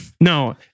No